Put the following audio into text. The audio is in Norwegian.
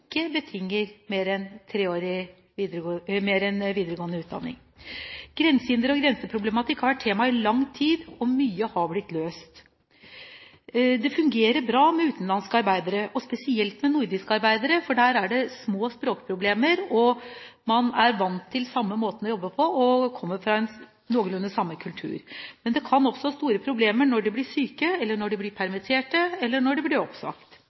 ikke betinger mer enn videregående utdanning. Grensehindre og grenseproblematikk har vært tema i lang tid, og mye har blitt løst. Utenlandske arbeidere fungerer bra, spesielt nordiske arbeidere. Det er små språkproblemer, de er vant til den samme måten å jobbe på, og de kommer fra noenlunde samme kultur. Men det kan oppstå store problemer når de blir syke, når de blir permittert, eller når de blir oppsagt.